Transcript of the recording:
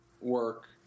work